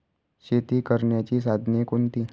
शेती करण्याची साधने कोणती?